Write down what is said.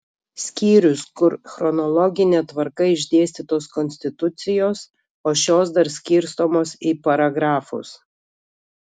skyrius kur chronologine tvarka išdėstytos konstitucijos o šios dar skirstomos į paragrafus